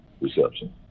reception